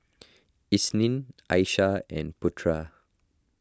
Isnin Aishah and Putra